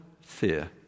Fear